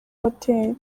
hotel